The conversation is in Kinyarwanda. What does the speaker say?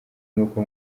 nuko